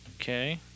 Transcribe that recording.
Okay